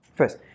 First